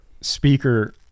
speaker